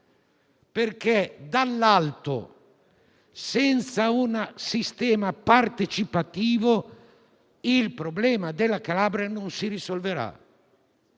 dall'alto, senza un sistema partecipativo, il problema della Calabria non si risolverà;